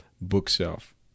bookshelf